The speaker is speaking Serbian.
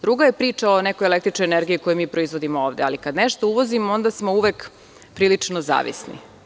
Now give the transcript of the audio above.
Druga je priča o nekoj električnoj energiju koju mi proizvodimo ovde, ali ka d nešto uvozimo, onda smo uvek prilično zavisni.